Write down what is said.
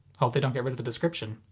hope they don't get rid of the description.